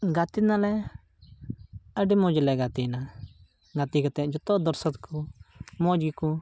ᱜᱟᱛᱮᱭ ᱱᱟᱞᱮ ᱟᱹᱰᱤ ᱢᱚᱡᱽ ᱞᱮ ᱜᱟᱛᱮᱭᱱᱟ ᱜᱟᱛᱮᱜ ᱠᱟᱛᱮᱫ ᱡᱚᱛᱚ ᱫᱚᱨᱥᱚᱠ ᱠᱚ ᱢᱚᱡᱽ ᱜᱮᱠᱚ